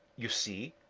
you see,